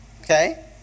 Okay